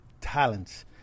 talents